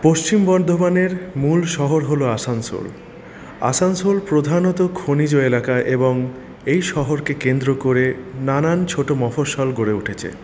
পশ্চিম বর্ধমানের মূল শহর হল আসানসোল আসানসোল প্রধানত খনিজ এলাকা এবং এই শহরকে কেন্দ্র করে নানান ছোটো মফস্বল গড়ে উঠেছে